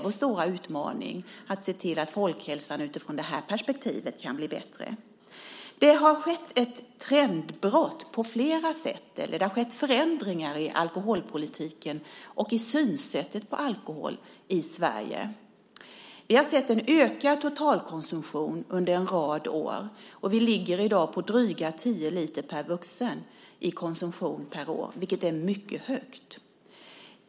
Vår stora utmaning är att se till att folkhälsan utifrån det perspektivet kan bli bättre. Det har skett trendbrott på flera sätt. Det har skett förändringar i alkoholpolitiken och i synsättet på alkohol i Sverige. Vi har sett en ökad totalkonsumtion under en rad år. Vi ligger i dag på drygt tio liter per vuxen i årskonsumtion, vilket är ett mycket högt tal.